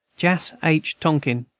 jas. h. tonking,